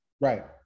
right